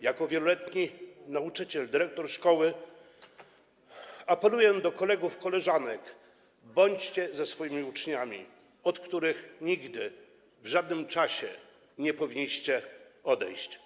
Jako wieloletni nauczyciel, dyrektor szkoły apeluję do kolegów i koleżanek: bądźcie ze swoimi uczniami, od których nigdy, w żadnym czasie nie powinniście odejść.